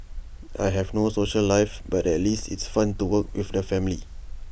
I have no social life but at least it's fun to work with the family